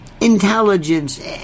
intelligence